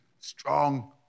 strong